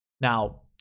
Now